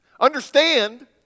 Understand